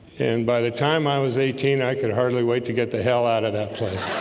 and by the time i was eighteen, i could hardly wait to get the hell out of that place